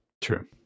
True